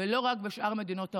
ולא רק בשאר מדינות העולם,